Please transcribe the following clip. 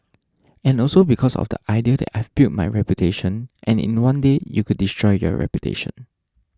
and also because of the idea that I've built my reputation and in one day you could destroy your reputation